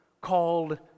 called